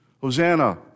Hosanna